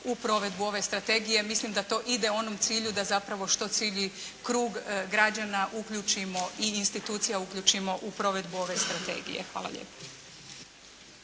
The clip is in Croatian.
u provedbu ove strategije. Mislim da to ide onom cilju da zapravo što cilj i krug građana uključimo i institucija uključimo u provedbu ove strategije. Hvala lijepa.